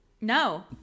No